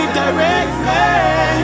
directly